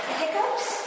hiccups